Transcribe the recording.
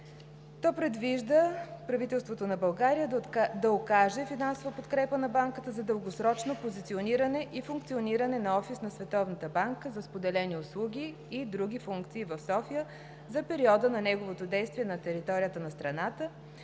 То предвижда правителството на България да окаже финансова подкрепа на Банката за дългосрочно позициониране и функциониране на офис на Световната банка за споделени услуги и други функции в София за периода на неговото действие на територията на страната